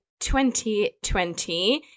2020